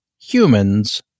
Humans